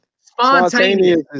spontaneous